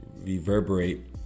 reverberate